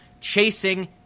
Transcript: Chasing